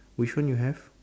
which one you have